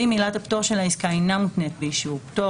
ואם עילת הפטור של העסקה אינה מותנית באישור פטור,